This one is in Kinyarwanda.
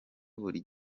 buri